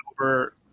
over